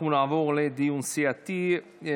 אנחנו נעבור לדיון סיעתי.